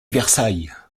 versailles